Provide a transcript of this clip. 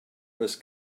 was